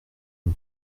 une